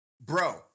bro